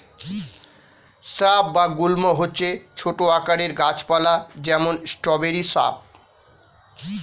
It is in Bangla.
স্রাব বা গুল্ম হচ্ছে ছোট আকারের গাছ পালা, যেমন স্ট্রবেরি শ্রাব